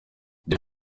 byo